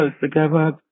together